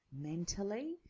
mentally